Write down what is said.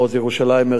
מרחב ציון,